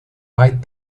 bite